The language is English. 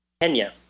Kenya